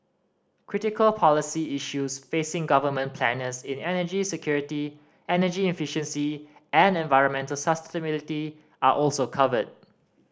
critical policy issues facing government planners in energy security energy efficiency and environmental sustainability are also covered